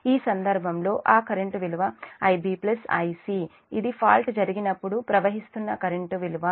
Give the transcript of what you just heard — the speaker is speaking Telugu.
ఈ సందర్భంలో ఆ కరెంట్ విలువ IbIc ఇది ఫాల్ట్ జరిగినప్పుడు ప్రవహిస్తున్న కరెంట్ విలువ